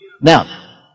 Now